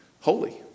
holy